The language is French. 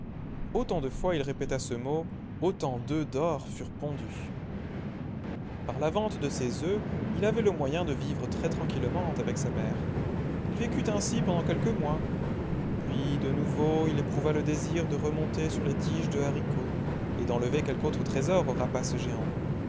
autant de fois il répéta ce mot autant d'œufs d'or furent pondus par la vente de ces œufs il avait le moyen de vivre très tranquillement avec sa mère il vécut ainsi pendant quelques mois puis de nouveau il éprouva le désir de remonter sur les tiges de haricots et d'enlever quelque autre trésor au rapace géant